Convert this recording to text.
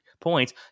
points